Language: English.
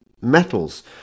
Metals